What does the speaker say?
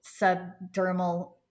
subdermal